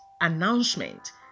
announcement